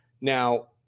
Now